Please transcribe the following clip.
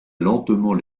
lentement